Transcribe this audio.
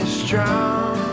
strong